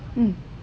mm